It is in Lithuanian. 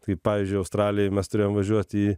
tai pavyzdžiui australijoj mes turėjom važiuot į